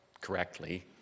correctly